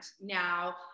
now